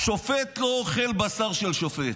שופט לא אוכל בשר של שופט.